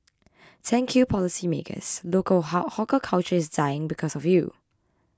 thank you policymakers local hawker culture is dying because of you